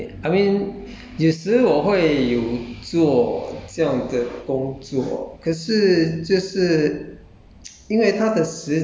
um 没有 leh I mean 有时我会做这样的工作